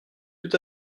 tout